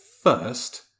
first